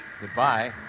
goodbye